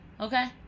okay